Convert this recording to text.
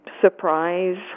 surprise